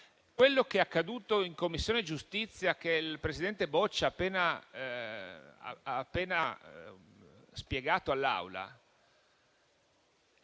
Quello che è accaduto in Commissione giustizia, che il presidente Boccia ha appena spiegato all'Aula,